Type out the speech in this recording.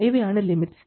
ഇവയാണ് ലിമിറ്റ്സ്